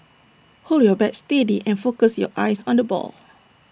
hold your bat steady and focus your eyes on the ball